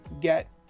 get